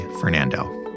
Fernando